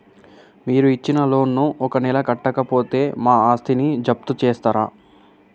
మీరు ఇచ్చిన లోన్ ను ఒక నెల కట్టకపోతే మా ఆస్తిని జప్తు చేస్తరా?